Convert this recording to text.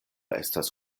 estas